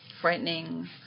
frightening